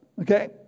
Okay